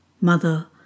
Mother